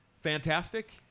Fantastic